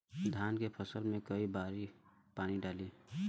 धान के फसल मे कई बारी पानी डाली?